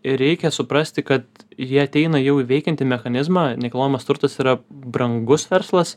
ir reikia suprasti kad jie ateina jau į veikiantį mechanizmą nekilnojamas turtas yra brangus verslas